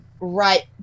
right